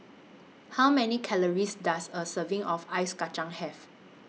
How Many Calories Does A Serving of Ice Kachang Have